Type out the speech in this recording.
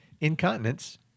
incontinence